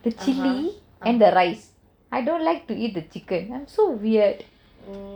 the chilli and the rice I don't like to eat the chicken I'm so weird